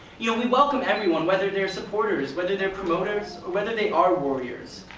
yeah we welcome everyone whether they are supporters, whether they are promoters, or whether they are warriors,